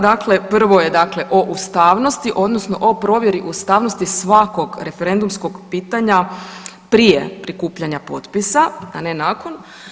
Dakle, prvo je dakle o ustavnosti odnosno o provjeri ustavnosti svakog referendumskog pitanja prije prikupljanja potpisa, a ne nakon.